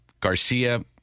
Garcia